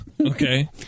Okay